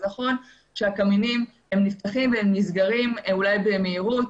אז נכון שהקמינים נפתחים ונסגרים במהירות,